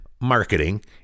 marketing